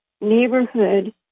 neighborhood